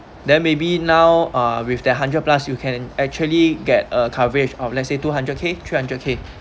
then maybe now uh with their hundred plus you can actually get a coverage of let's say two hundred K three hundred K